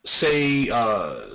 say